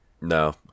No